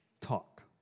talk